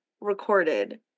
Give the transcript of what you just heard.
recorded